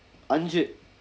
ஐந்து:ainthu